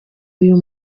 uyu